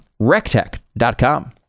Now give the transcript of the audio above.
Rectech.com